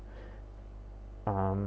um